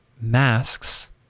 masks